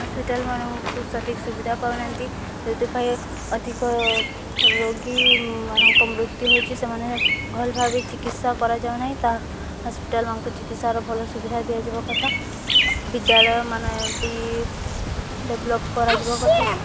hospital ମାନଙ୍କୁ ସଠିକ୍ ସୁବିଧା ପାଉନାହାନ୍ତି ଯେଉଁଥିପାଇଁ ଅଧିକ ରୋଗୀ ମାନଙ୍କ ମୃତ୍ୟୁ ହେଉଛି ସେମାନେ ଭଲ ଭାବେ ଚିକିତ୍ସା କରାଯାଉନାହିଁ ତାହା ହସ୍ପିଟାଲ ମାନଙ୍କୁ ଚିକିତ୍ସାର ଭଲ ସୁବିଧା ଦିଆଯିବା କଥା ବିଦ୍ୟାଳୟ ମାନ ବି ଡେଭଲପ୍ କରାଯିବା କଥା